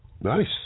Nice